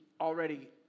already